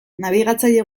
nabigatzaile